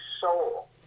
soul